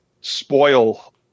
spoil